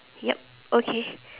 yup okay